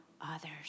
others